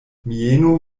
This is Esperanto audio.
mieno